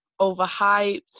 overhyped